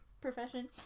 profession